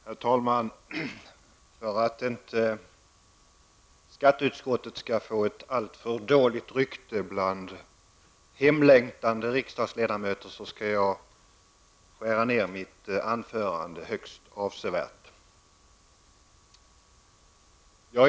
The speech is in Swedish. Herr talman! För att inte skatteutskottet skall få alltför dåligt rykte bland hemlängtande riksdagsledamöter skall jag korta ned mitt anförande högst avsevärt.